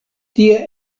tie